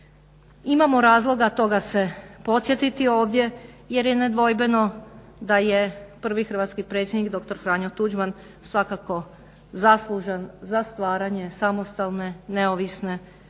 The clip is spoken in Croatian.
Imamo razloga toga se podsjetiti ovdje, jer je nedvojbeno da je prvi hrvatski predsjednik doktor Franjo Tuđman svakako zaslužan za stvaranje samostalne, neovisne Republike